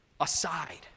aside